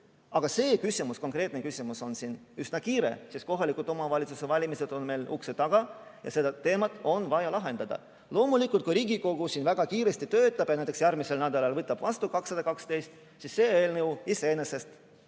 Aga see küsimus, konkreetne küsimus on siin üsna kiire, sest kohaliku omavalitsuse valimised on ukse ees ja see teema on vaja lahendada. Loomulikult, kui Riigikogu siin väga kiiresti töötab ja näiteks järgmisel nädalal võtab vastu 212, siis kaotab see eelnõu iseenesest